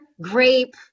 grape